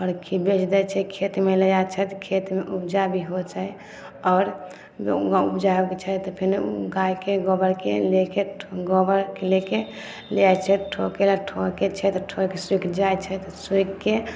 आओर खीयबै हेबै छै खेतमे ले जाइ छै तऽ खेतमे उपजा भी होइ छै आओर उपजा होइ छै तऽ फिने गायके गोबरके लेके गोबरके लेके ले जाइ छै ठोके आ ठोकै छै तऽ सूखि जाइ छै तऽ सूखिके